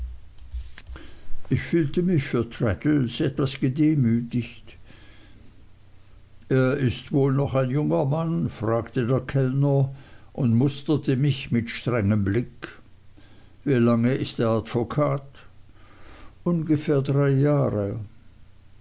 ich fühlte mich für traddles ein wenig gedemütigt er ist wohl noch ein junger mann fragte der kellner und musterte mich mit strengem blick wie lange ist er advokat ungefähr drei jahre